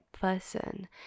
person